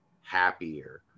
happier